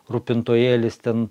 rūpintojėlis ten